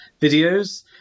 videos